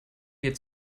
wir